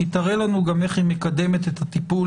היא תראה לנו גם איך היא מקדמת את הטיפול